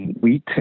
wheat